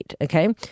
Okay